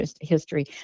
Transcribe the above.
history